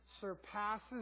Surpasses